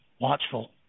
watchful